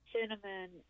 cinnamon